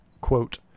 quote